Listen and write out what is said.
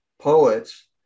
poets